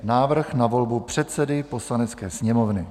Návrh na volbu předsedy Poslanecké sněmovny